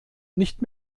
nicht